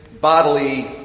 bodily